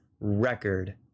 record